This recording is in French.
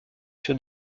sur